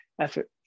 effort